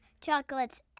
chocolates